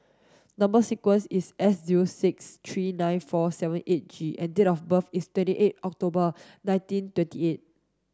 number sequence is S zero six three nine four seven eight G and date of birth is twenty eight October nineteen twenty eight